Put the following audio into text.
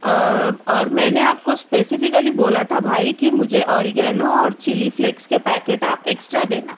اور اور میں نے آپ کو اسپیسیفکلی بولا تھا بھائی کہ مجھے اوریگانو اور چلی فلیکس کے پیکیٹ آپ اکسٹرا دینا